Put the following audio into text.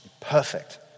perfect